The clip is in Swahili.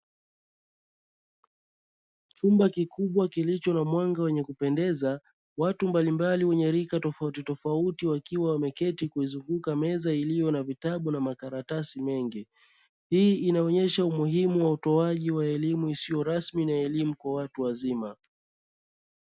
Chumba kikubwa kilicho na mwanga wenye kupendeza, watu mbalimbali wenye rika tofautitofauti, wakiwa wameketi kuzunguka meza iliyo vitabu na makaratasi mengi. Hii inaonyesha umuhimu wa utoaji wa elimu isiyo rasmi na elimu kwa watu wazima.